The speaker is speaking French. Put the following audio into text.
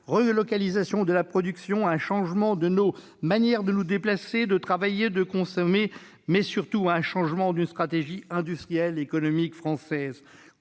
relocalisation de la production, l'indispensable changement de nos manières de nous déplacer, de travailler, de consommer, mais surtout la nécessité d'une nouvelle stratégie industrielle et économique française.